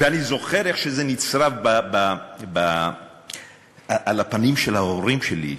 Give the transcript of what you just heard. ואני זוכר איך שזה נצרב על הפנים של ההורים שלי,